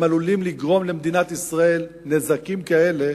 הם עלולים לגרום למדינת ישראל נזקים כאלה